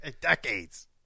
decades